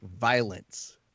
violence